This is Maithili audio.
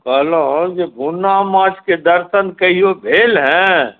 कहलहुँ जे भुन्ना माछके कहियो दर्शन भेल हॅं